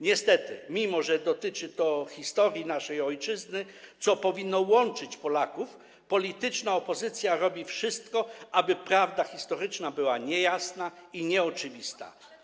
Niestety, mimo że dotyczy to historii naszej ojczyzny, co powinno łączyć Polaków, polityczna opozycja robi wszystko, aby prawda historyczna była niejasna i nieoczywista.